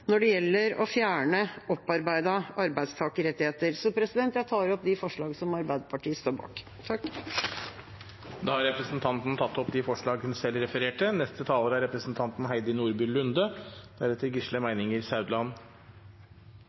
når det gjelder å fjerne opparbeidede arbeidstakerrettigheter. Jeg tar opp de forslagene som Arbeiderpartiet står bak. Representanten Lise Christoffersen har tatt opp de forslagene hun refererte til. Pensjon er komplisert, og selv om vi alle er